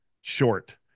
short